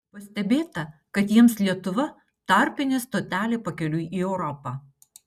pastebėta kad jiems lietuva tarpinė stotelė pakeliui į europą